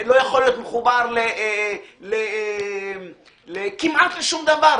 לא יכול להיות מחובר כמעט לשום דבר,